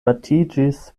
batiĝis